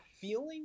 feeling